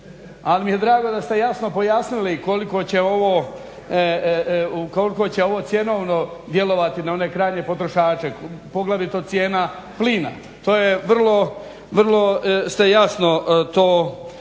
al mi je drago da ste jasno pojasnili koliko će ovo cjenovno djelovati na one krajnje potrošače, poglavito cijena plina. to je vrlo, ste jasno to pojasnili.